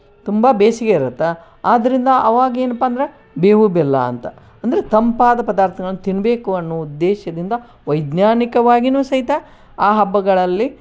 ತುಂಬ ಬೇಸಿಗೆ ಇರುತ್ತೆ ಆದ್ರಿಂದ ಅವಾಗೇನಪ್ಪ ಅಂದ್ರೆ ಬೇವು ಬೆಲ್ಲ ಅಂತ ಅಂದ್ರೆ ತಂಪಾದ ಪದಾರ್ಥಗಳನ್ ತಿನ್ಬೇಕು ಅನ್ನೋ ಉದ್ದೇಶದಿಂದ ವೈಜ್ಞಾನಿಕವಾಗಿಯೂ ಸಹಿತ ಆ ಹಬ್ಬಗಳಲ್ಲಿ